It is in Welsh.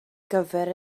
gyfer